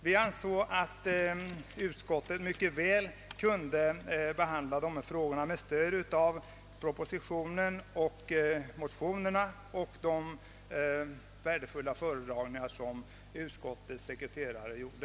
Vi ansåg att utskottet mycket väl kunde behandla dessa frågor med stöd av propositionen och motionerna samt de värdefulla föredragningar som utskottets sekreterare gjorde.